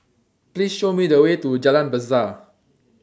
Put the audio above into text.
Please Show Me The Way to Jalan Besar